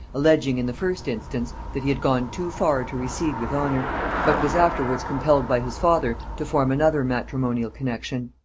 alleging in the first instance that he had gone too far to recede with honor but was afterwards compelled by his father to form another matrimonial connexion.